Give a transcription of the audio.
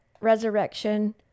resurrection